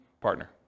partner